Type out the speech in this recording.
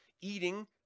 eating